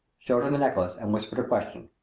showed him the necklace and whispered a question.